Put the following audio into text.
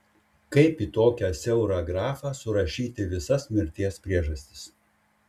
kaip į tokią siaurą grafą surašyti visas mirties priežastis